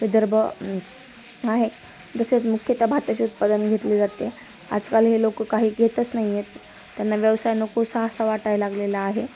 विदर्भ आहे तसेच मुख्यतः भाताचे उत्पादन घेतले जाते आजकाल हे लोकं काही घेतच नाहीयेत त्यांना व्यवसाय नको सहसा वाटाय लागलेला आहे